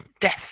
death